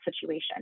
situation